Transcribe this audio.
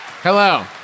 Hello